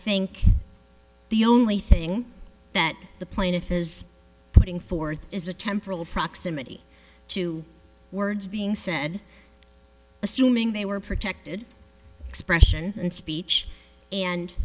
think the only thing that the plaintiff is putting forth is a temporal proximity to words being said assuming they were protected expression and speech and